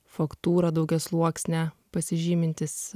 faktūra daugiasluoksne pasižymintis